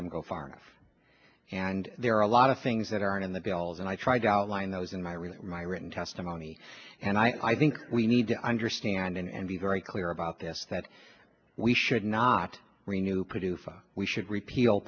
them go far enough and there are a lot of things that aren't in the bills and i tried to outline those in my reading my written testimony and i think we need to understand and be very clear about this that we should not renewed produce we should repeal